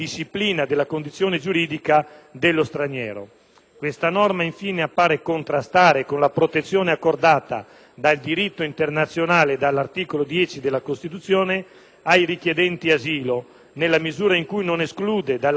Questa norma appare, infine, contrastare con la protezione accordata dal diritto internazionale e dall'articolo 10 della Costituzione ai richiedenti asilo, nella misura in cui non esclude dalla possibilità di revoca o rifiuto del permesso di soggiorno